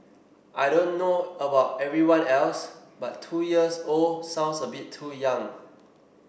I don't know about everyone else but two years old sounds a bit too young